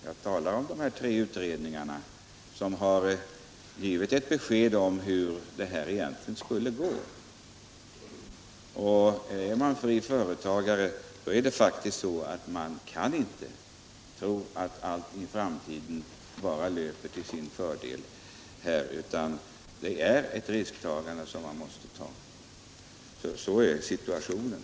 Jag talade om de tre utredningarna som givit besked om hur det egentligen skulle gå. Är man fri företagare kan man inte tro att allt i framtiden bara löper till sin fördel, utan man måste ta risker. Sådan är situationen.